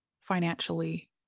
financially